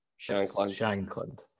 Shankland